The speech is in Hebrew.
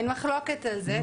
אין מחלוקת על זה.